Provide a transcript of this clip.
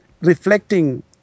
reflecting